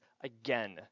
again